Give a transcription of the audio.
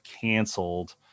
canceled